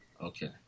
Okay